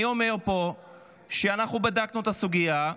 אני אומר פה שאנחנו בדקנו את הסוגיה.